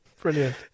Brilliant